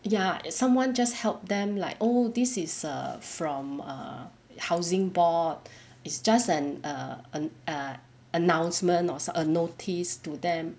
ya someone just help them like oh this is err from err housing board is just an err err err announcement or a notice to them